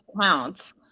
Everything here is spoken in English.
counts